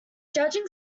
judging